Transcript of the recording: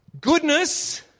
goodness